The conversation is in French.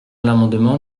l’amendement